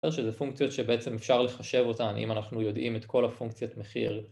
שזה פונקציות שבעצם אפשר לחשב אותן אם אנחנו יודעים את כל הפונקציות מחיר